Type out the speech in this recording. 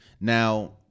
Now